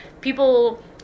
people